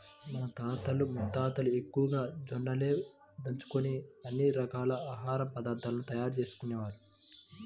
మన తాతలు ముత్తాతలు ఎక్కువగా జొన్నలనే దంచుకొని అన్ని రకాల ఆహార పదార్థాలను తయారు చేసుకునేవారు